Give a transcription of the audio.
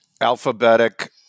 Alphabetic